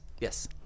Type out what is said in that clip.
yes